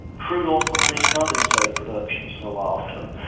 crude oil plus lease condensate production so often,